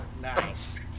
nice